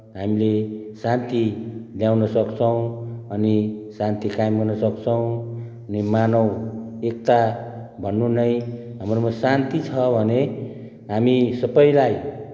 हामीले शान्ति ल्याउन सक्छौँ अनि शान्ति कायम गर्न सक्छौँ अनि मानव एकता भन्नु नै हाम्रोमा शान्ति छ भने हामी सबैलाई